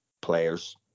players